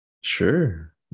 Sure